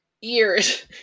years